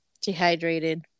Dehydrated